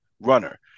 runner